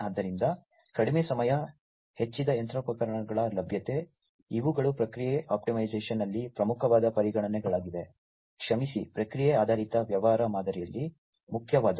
ಆದ್ದರಿಂದ ಕಡಿಮೆ ಸಮಯ ಹೆಚ್ಚಿದ ಯಂತ್ರೋಪಕರಣಗಳ ಲಭ್ಯತೆ ಇವುಗಳು ಪ್ರಕ್ರಿಯೆಯ ಆಪ್ಟಿಮೈಸೇಶನ್ನಲ್ಲಿ ಪ್ರಮುಖವಾದ ಪರಿಗಣನೆಗಳಾಗಿವೆ ಕ್ಷಮಿಸಿ ಪ್ರಕ್ರಿಯೆ ಆಧಾರಿತ ವ್ಯವಹಾರ ಮಾದರಿಯಲ್ಲಿ ಮುಖ್ಯವಾದವು